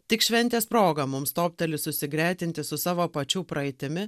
tik šventės proga mums topteli susigretinti su savo pačių praeitimi